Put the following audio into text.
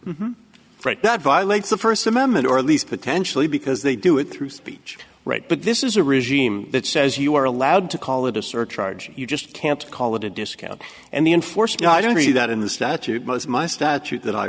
is right that violates the first amendment or at least potentially because they do it through speech right but this is a regime that says you are allowed to call it a surcharge you just can't call it a discount and the enforced i don't see that in the statute most of my statute that i